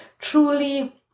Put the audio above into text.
truly